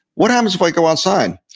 what happens if i go outside?